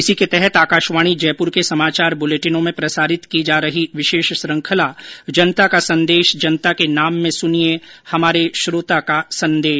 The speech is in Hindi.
इसी के तहत आकाशवाणी जयपुर के समाचार बुलेटिनों में प्रसारित की जा रही विशेष श्रृखंला जनता का संदेश जनता के नाम में सुनिये हमारे श्रोता का संदेश